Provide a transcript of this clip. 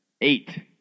Eight